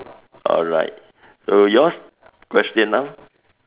alright so yours question now